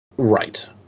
Right